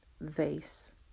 vase